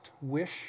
wish